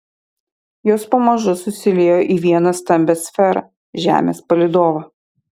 jos pamažu susiliejo į vieną stambią sferą žemės palydovą